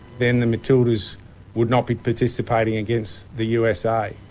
then the matildas would not be participating against the usa.